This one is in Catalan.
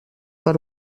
per